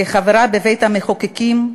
כחברה בבית-המחוקקים,